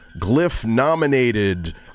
Glyph-nominated